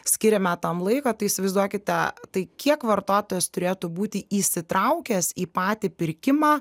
skiriame tam laiko tai įsivaizduokite tai kiek vartotojas turėtų būti įsitraukęs į patį pirkimą